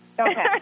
Okay